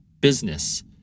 business